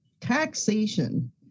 taxation